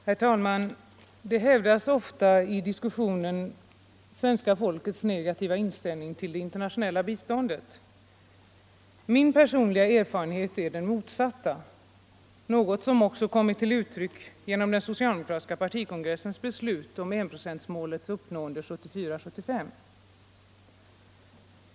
Herr talman! Det hävdas ofta i diskussionen svenska folkets negativa inställning till det internationella biståndet. Min personliga erfarenhet är den motsatta, något som också kommit till uttryck genom den socialdemokratiska partikongressens beslut om enprocentsmålets uppnående 1974/75.